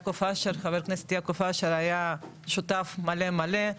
חבר הכנסת יעקב אשר, היה שותף מלא מלא.